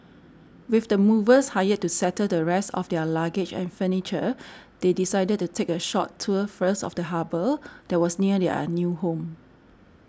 with the movers hired to settle the rest of their luggage and furniture they decided to take a short tour first of the harbour that was near their new home